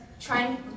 trying